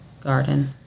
garden